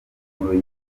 mpumuro